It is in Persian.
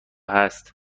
هست